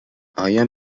آیا